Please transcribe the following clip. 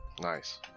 nice